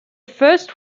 first